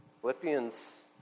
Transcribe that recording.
Philippians